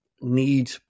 need